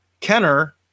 Kenner